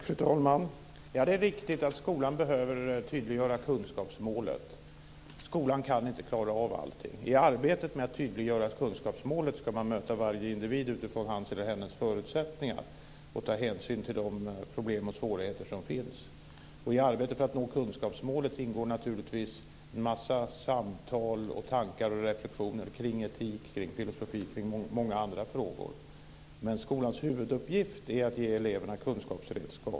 Fru talman! Det är riktigt att skolan behöver tydliggöra kunskapsmålet. Skolan kan inte klara av allting. I arbetet med att tydliggöra kunskapsmålet ska man möta varje individ utifrån hans eller hennes förutsättningar och ta hänsyn till de problem och svårigheter som finns. I arbetet för att nå kunskapsmålet ingår naturligtvis en mängd samtal, tankar och reflexioner kring etik, filosofi och många andra frågor. Men skolans huvuduppgift är att ge eleverna kunskapsredskap.